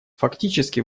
фактически